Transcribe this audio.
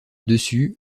dessus